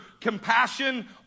compassion